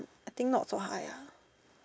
I think not so high ah